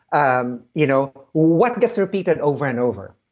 um you know what gets repeated over and over?